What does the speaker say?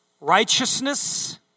Righteousness